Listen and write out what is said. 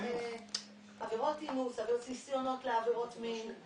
עבירות אינוס, ניסיונות לעבירות מין.